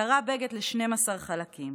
קרע בגד ל-12 חלקים